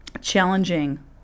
challenging